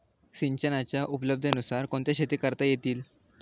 सिंचनाच्या उपलब्धतेनुसार कोणत्या शेती करता येतील?